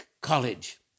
College